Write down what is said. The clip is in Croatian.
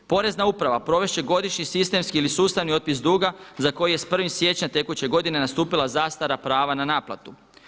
Porezna uprava provesti godišnji sistemski ili sustavni otpis duga za koji je s 1. siječnja tekuće godine nastupila zastara prava na naplatu.